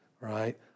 right